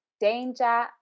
danger